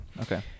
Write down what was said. Okay